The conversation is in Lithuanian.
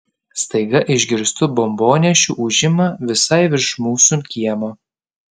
staiga išgirstu bombonešių ūžimą visai virš mūsų kiemo